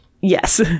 Yes